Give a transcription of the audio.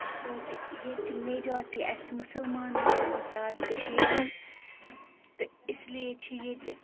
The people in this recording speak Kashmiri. چوٗنکہِ ییٚتہِ چھِ میجارٹی اَسہِ مُسلماننٕے ہٕنٛز زیادٕ کٔشیٖرِ منٛز تہٕ اس لیے چھِ ییٚتہِ